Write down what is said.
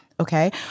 Okay